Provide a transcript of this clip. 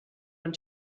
and